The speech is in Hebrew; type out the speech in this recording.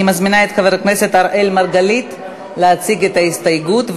אני מזמינה את חבר הכנסת אראל מרגלית להציג את ההסתייגות,